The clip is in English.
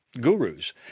gurus